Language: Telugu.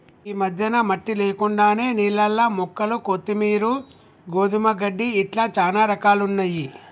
ఈ మధ్యన మట్టి లేకుండానే నీళ్లల్ల మొక్కలు కొత్తిమీరు, గోధుమ గడ్డి ఇట్లా చానా రకాలున్నయ్యి